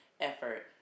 effort